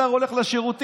שר שהולך לשירותים.